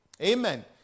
Amen